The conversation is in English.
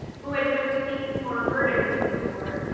who had never seen or heard of me before,